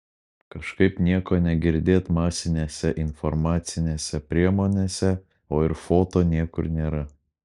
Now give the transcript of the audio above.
kažkaip nieko negirdėt masinėse informacinėse priemonėse o ir foto niekur nėra